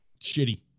shitty